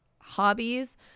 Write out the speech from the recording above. hobbies